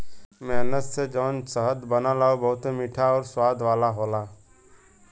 मेहनत से जौन शहद बनला उ बहुते मीठा आउर स्वाद वाला होला